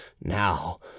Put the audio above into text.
Now